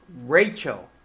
Rachel